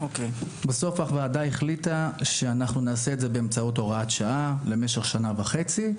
בסוף הוועדה החליטה שנעשה זאת באמצעות הוראה שעה למשך שנה וחצי,